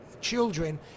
children